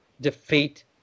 defeat